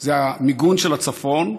זה המיגון של הצפון.